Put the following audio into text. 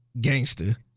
gangster